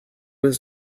was